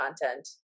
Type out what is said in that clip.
content